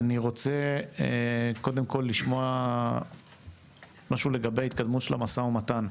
אני רוצה קודם כל לשמוע משהו לגבי התקדמות של המשא ומתן,